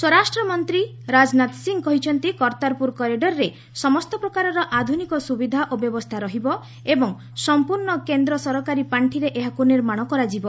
ସ୍ୱରାଷ୍ଟ୍ରମନ୍ତ୍ରୀ ରାଜନାଥ ସିଂ କହିଛନ୍ତି କର୍ତ୍ତାରପୁର କରିଡରର୍ରେ ସମସ୍ତ ପ୍ରକାରର ଆଧୁନିକ ସୁବିଧା ଓ ବ୍ୟବସ୍ଥା ରହିବ ଏବଂ ସମ୍ପର୍ଣ୍ଣ କେନ୍ଦ୍ର ସରକାରୀ ପାର୍ଷିରେ ଏହାକୁ ନିର୍ମାଣ କରାଯିବ